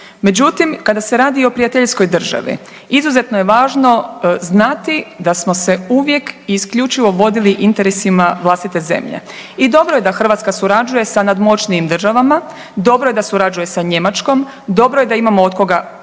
Međutim, kada se radi o prijateljskoj državi izuzetno je važno znati da smo se uvijek i isključivo vodili interesima vlastite zemlje i dobro je da Hrvatska surađuje sa nadmoćnijim državama, dobro je da surađuje sa Njemačkom, dobro je da imamo od koga učiti,